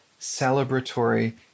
celebratory